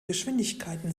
geschwindigkeiten